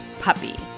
puppy